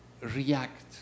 react